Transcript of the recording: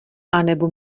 anebo